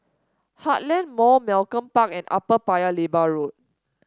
Heartland Mall Malcolm Park and Upper Paya Lebar Road